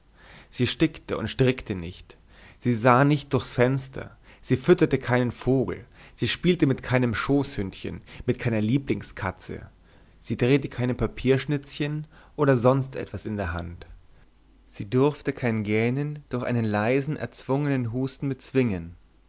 sie stickte und strickte nicht sie sah nicht durchs fenster sie fütterte keinen vogel sie spielte mit keinem schoßhündchen mit keiner lieblingskatze sie drehte keine papierschnitzchen oder sonst etwas in der hand sie durfte kein gähnen durch einen leisen erzwungenen husten bezwingen